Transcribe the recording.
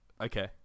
Okay